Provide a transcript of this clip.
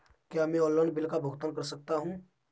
क्या मैं online bill का भुगतान कर सकता हूँ?